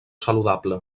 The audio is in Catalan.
saludable